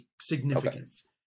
significance